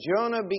Jonah